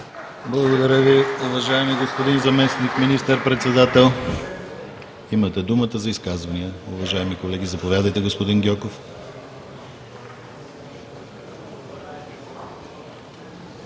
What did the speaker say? Благодаря Ви, уважаеми господин Заместник министър-председател! Имате думата за изказвания, уважаеми колеги. Заповядайте, господин Гьоков.